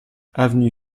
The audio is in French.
avenue